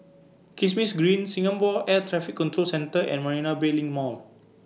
Kismis Green Singapore Air Traffic Control Centre and Marina Bay LINK Mall